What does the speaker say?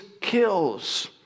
kills